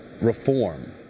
reform